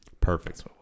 Perfect